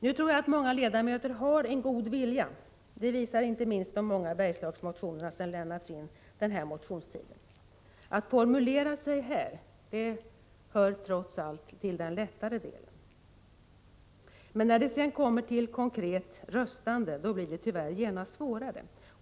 Nu tror jag att många ledamöter har en god vilja — det visar inte minst de många Bergslagsmotioner som lämnats in under den allmänna motionstiden. Att formulera sig här hör trots allt till den lättare delen. När det sedan kommer till konkret röstande blir det tyvärr genast svårare.